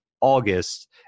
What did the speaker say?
August